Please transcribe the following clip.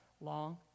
long